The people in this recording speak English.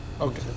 Okay